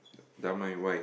Dunman why